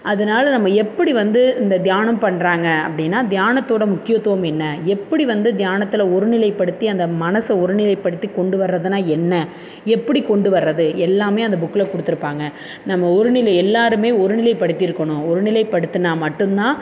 அதனால் நம்ம எப்படி வந்து இந்த தியானம் பண்ணுறாங்க அப்படின்னா தியானத்தோடய முக்கியத்துவம் என்ன எப்படி வந்து தியானத்தில் ஒருநிலைப்படுத்தி அந்த மனசை ஒருநிலைப்படுத்திக் கொண்டு வர்றதுன்னா என்ன எப்படி கொண்டு வர்றது எல்லாமே அந்த புக்கில் கொடுத்துருப்பாங்க நம்ம ஒருநிலை எல்லோருமே ஒருநிலைப்படுத்தியிருக்கணும் ஒருநிலைப்படுத்தினா மட்டும்தான்